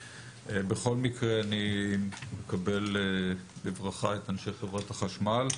בכל מקרה אני מקבל בברכה את אנשי חברת החשמל,